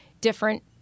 different